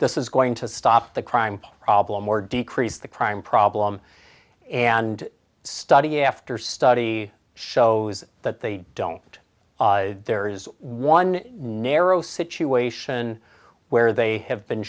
this is going to stop the crime problem or decrease the crime problem and study after study shows that they don't there is one narrow situation where they have been